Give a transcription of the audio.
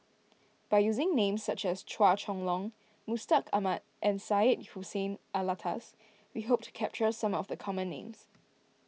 by using names such as Chua Chong Long Mustaq Ahmad and Syed Hussein Alatas we hope to capture some of the common names